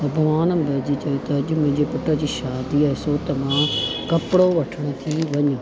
भॻवानु भरिजी चयो त अॼु मुंहिंजे पुट जी शादी आहे सो त मां कपिड़ो वठण थी वञा